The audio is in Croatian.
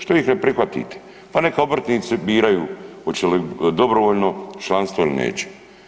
Što ih ne prihvatite pa neka obrtnici biraju oće li dobrovoljno članstvo ili neće.